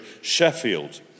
Sheffield